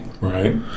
Right